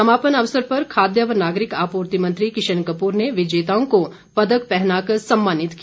समापन अवसर पर खाद्य व नागरिक आपूर्ति मंत्री किशन कपूर ने विजेताओं को पदक पहना कर सम्मानित किया